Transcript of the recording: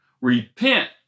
repent